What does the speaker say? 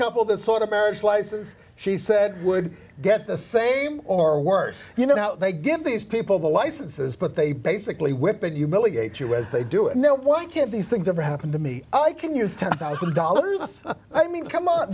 couple that sort of marriage license she said would get the same or worse you know now they give these people the licenses but they basically whip it you merely gate you as they do it no why can't these things ever happen to me i can use ten thousand dollars i mean come on